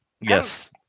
Yes